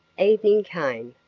evening came,